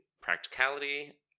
practicality